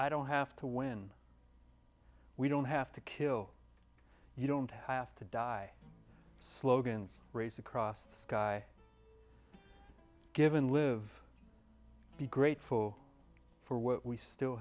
i don't have to win we don't have to kill you don't have to die slogans race across sky given live be grateful for what we still